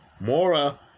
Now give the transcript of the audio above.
Mora